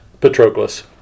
Patroclus